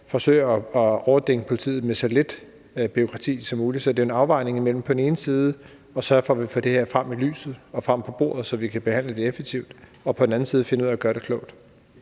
forsøger at overdænge politiet med så lidt bureaukrati som muligt. Så det er en afvejning mellem på den ene side at sørge for, at vi får det her frem i lyset og frem på bordet, så vi kan behandle det effektivt, og på den anden side at finde ud af at gøre det klogt.